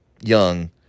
Young